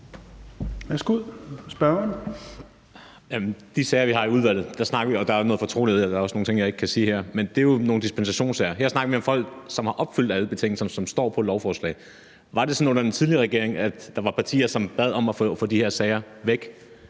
De sager, vi har i udvalget, hvor der er noget fortrolighed og også nogle ting, jeg ikke kan sige her, er jo nogle dispensationssager. Her snakker vi om folk, som har opfyldt alle betingelserne, og som står på et lovforslag. Var det sådan under den tidligere regering, at der var partier, som bad om at få de her sager væk?